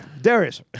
Darius